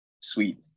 Sweet